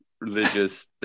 religious